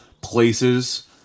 places